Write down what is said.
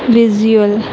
visual